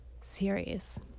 series